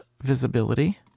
visibility